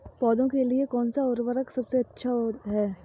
पौधों के लिए कौन सा उर्वरक सबसे अच्छा है?